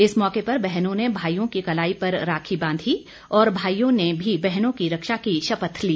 इस मौके पर बहनों ने भाईयों की कलाई पर राखी बांधी और भाईयों ने भी बहनों की रक्षा की शपथ ली